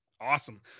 Awesome